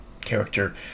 character